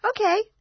Okay